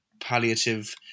palliative